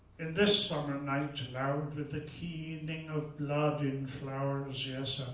in this summer night, loud with the keening of blood in flowers, yes,